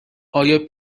آیا